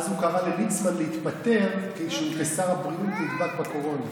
אז הוא קרא לליצמן להתפטר כשהוא כשר הבריאות נדבק בקורונה.